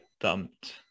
dumped